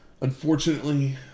Unfortunately